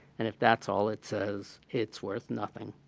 and if that's all it says, it's worth nothing.